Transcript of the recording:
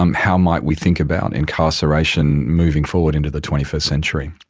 um how might we think about incarceration moving forward into the twenty first century.